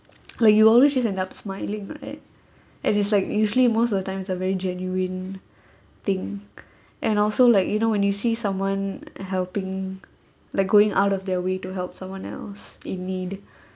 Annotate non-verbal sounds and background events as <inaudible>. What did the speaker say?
like you always ended up smiling right and is like usually most of the time are very genuine thing and also like you know when you see someone helping like going out of their way to help someone else in need <breath>